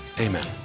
Amen